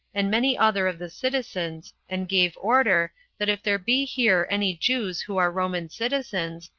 and many other of the citizens, and gave order, that if there be here any jews who are roman citizens,